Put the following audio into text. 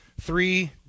three